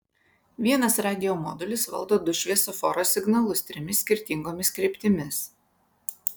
vienas radijo modulis valdo du šviesoforo signalus trimis skirtingomis kryptimis